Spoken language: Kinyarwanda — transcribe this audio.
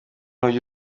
ntujya